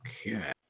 Okay